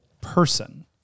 person